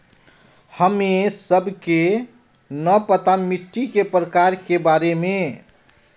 हमें सबके न पता मिट्टी के प्रकार के बारे में?